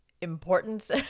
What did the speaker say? importance